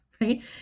right